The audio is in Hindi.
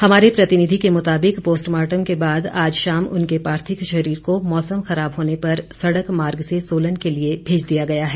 हमारे प्रतिनिधि के मुताबिक पोस्टमार्टम के बाद आज शाम उनके पार्थिव शरीर को मौसम खराब हाने पर सड़क मार्ग र्स सोलन के लिए भेज दिया गया है